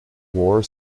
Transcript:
war